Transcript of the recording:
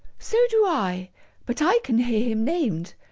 so do i but i can hear him named.